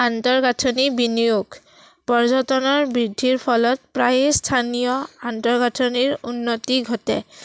আন্তঃগাঁথনি বিনিয়োগ পৰ্যটনৰ বৃদ্ধিৰ ফলত প্ৰায়ে স্থানীয় আন্তঃগাঁথনিৰ উন্নতি ঘটে